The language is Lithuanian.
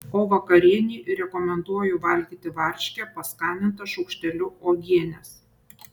o vakarienei rekomenduoju valgyti varškę paskanintą šaukšteliu uogienės